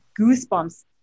goosebumps